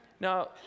Now